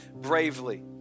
bravely